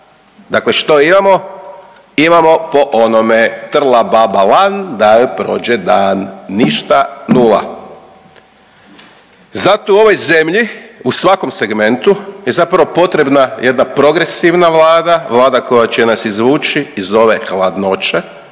Dakle, što imamo? Imamo po onome trla baba lan da joj prođe dan. Ništa, nula. Zato u ovoj zemlju u svakom segmentu je zapravo potrebna jedna progresivna vlada, vlada koja će nas izvući iz ove hladnoće